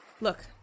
Look